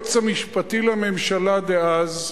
היועץ המשפטי לממשלה דאז,